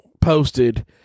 posted